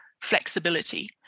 flexibility